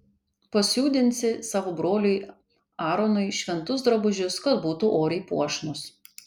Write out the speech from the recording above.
pasiūdinsi savo broliui aaronui šventus drabužius kad būtų oriai puošnūs